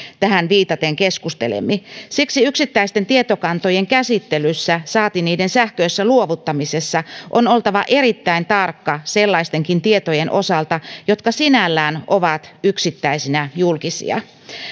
tähän viitaten keskustelimme siksi yksittäisten tietokantojen käsittelyssä saati niiden sähköisessä luovuttamisessa on oltava erittäin tarkka sellaistenkin tietojen osalta jotka sinällään ovat yksittäisinä julkisia